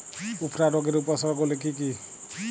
উফরা রোগের উপসর্গগুলি কি কি?